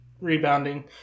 rebounding